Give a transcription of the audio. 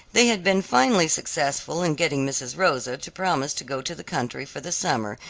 they had been finally successful in getting mrs. rosa to promise to go to the country for the summer,